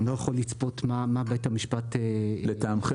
אני לא יכול לצפות מה בית המשפט -- לטעמכם